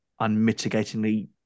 unmitigatingly